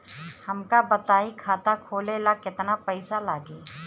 हमका बताई खाता खोले ला केतना पईसा लागी?